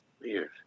weird